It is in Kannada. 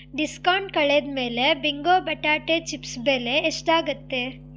ಡಿಸ್ಕೌಂಟ್ ಕಳೆದಮೇಲೆ ಬಿಂಗೊ ಬಟಾಟೆ ಚಿಪ್ಸ್ ಬೆಲೆ ಎಷ್ಟಾಗುತ್ತೆ